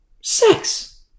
Sex